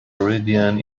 meridian